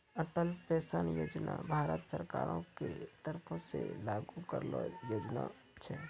Atal pension Yojana Bharat सरकारो के तरफो से लागू करलो योजना छै